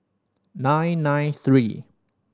nine nine three